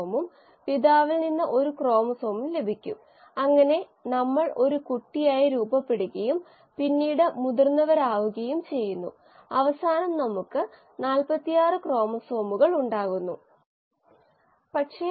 ഉദാഹരണത്തിന് നമ്മൾ ഏകദേശം 7500 മണിക്കൂർ അല്ലെങ്കിൽ അതുപോലെയുള്ള എന്തെങ്കിലും ഉത്തരം കാണുകയോ നേടുകയോ ചെയ്തിട്ടുണ്ടെങ്കിൽ നമ്മൾ തിരികെ പോയി നമ്മുടെ കണക്കുകൂട്ടലുകൾ പരിശോധിക്കേണ്ടതുണ്ട്